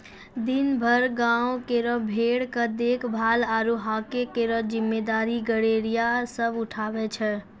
दिनभर गांवों केरो भेड़ के देखभाल आरु हांके केरो जिम्मेदारी गड़ेरिया सब उठावै छै